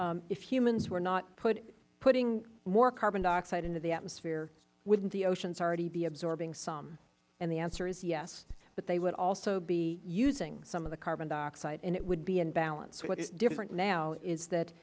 is if humans were not putting more carbon dioxide into the atmosphere wouldn't the oceans already be absorbing some and the answer is yes but they would also be using some of the carbon dioxide and it would be in balance what is different now is that